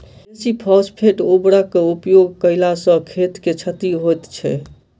बेसी फास्फेट उर्वरकक उपयोग कयला सॅ खेत के क्षति होइत छै